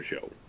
Show